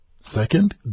second